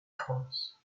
france